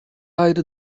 ayrı